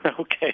Okay